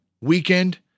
weekend